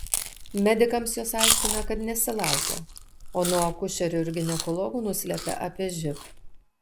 medikams jos aiškina kad nesilaukia o nuo akušerių ir ginekologų nuslepia apie živ